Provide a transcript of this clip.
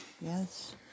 Yes